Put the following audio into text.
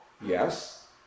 yes